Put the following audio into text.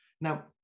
Now